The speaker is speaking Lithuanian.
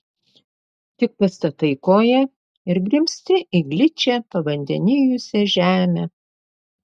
tik pastatai koją ir grimzti į gličią pavandenijusią žemę